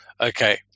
okay